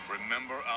Remember